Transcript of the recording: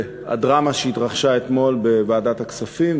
והדרמה שהתרחשה אתמול בוועדת הכספים,